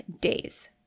days